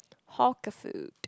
hawker food